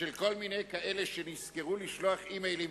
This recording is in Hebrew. של כל מיני כאלה שנזכרו לשלוח אימיילים,